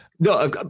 No